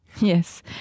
Yes